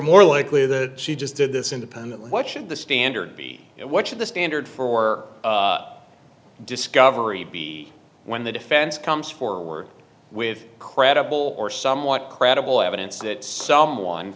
more likely that she just did this independently what should the standard be and what should the standard for discovery be when the defense comes forward with credible or somewhat credible evidence that someone